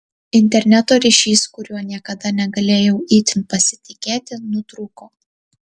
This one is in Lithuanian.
interneto ryšys kuriuo niekada negalėjau itin pasitikėti nutrūko